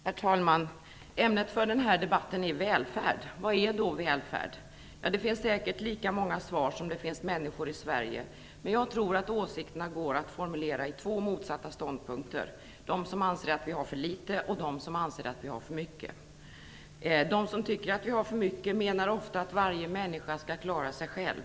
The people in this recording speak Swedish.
Herr talman! Ämnet för den här debatten är välfärd. Vad är då välfärd? Det finns säkert lika många svar på det som det finns människor i Sverige. Jag tror att åsikterna går att formulera i två motsatta ståndpunkter, nämligen de som anser att vi har för litet och de som anser att vi har för mycket. De som tycker att vi har för mycket menar ofta att varje människa skall klara sig själv.